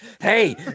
Hey